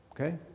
Okay